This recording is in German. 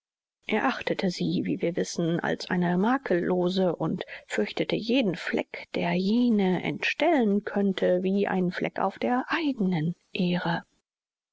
er achtete sie wie wir wissen als eine makellose und fürchtete jeden fleck der jene entstellen könnte wie einen fleck auf der eigenen ehre